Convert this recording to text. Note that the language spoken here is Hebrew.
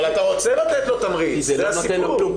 אבל אתה רוצה לתת לו תמריץ, זה הסיפור.